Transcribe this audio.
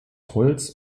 holz